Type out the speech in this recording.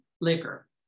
liquor